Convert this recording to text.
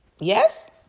Yes